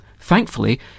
Thankfully